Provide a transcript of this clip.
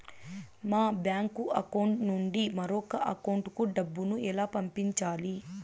మా bank account నుండి మరొక అకౌంట్ కు డబ్బును ఎలా పంపించాలి